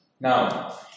Now